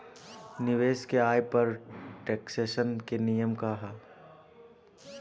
निवेश के आय पर टेक्सेशन के नियम का ह?